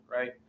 Right